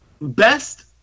best